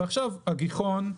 ועכשיו הגיחון,